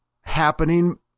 happening